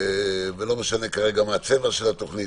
ולא משנה כרגע מה הצבע של התוכנית,